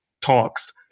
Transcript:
talks